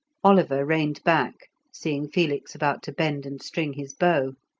oliver reined back, seeing felix about to bend and string his bow.